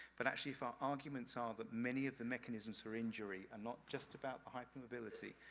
but actually, if our arguments are that many of the mechanisms for injury are not just about the hypermobility,